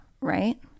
right